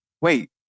Wait